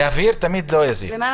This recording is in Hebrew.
להבהיר לא מזיק.